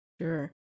Sure